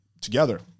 together